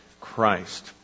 Christ